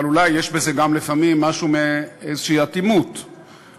אבל אולי יש בזה גם לפעמים אטימות כלשהי,